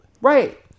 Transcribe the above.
Right